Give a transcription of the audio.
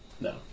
No